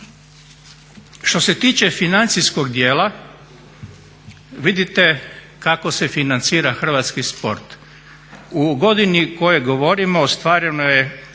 Što se tiče financijskog dijela, vidite kako se financira hrvatski sport. U godino o kojoj govorimo ostvareno je